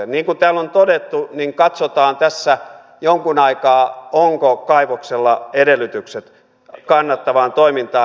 niin kuin täällä on todettu katsotaan tässä jonkun aikaa onko kaivoksella edellytykset kannattavaan toimintaan